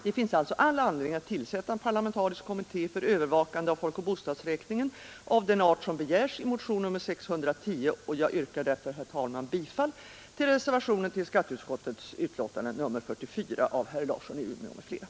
Det finns alltså all anledning att tillsätta en parlamentarisk kommitté för övervakande av folkoch bostadsräkningen av den art som begärs i motionen 610, och jag yrkar därför bifall till den vid skatteutskottets betänkande nr 44 fogade reservationen av herr Larsson i Umeå m.fl.